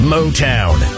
Motown